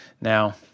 Now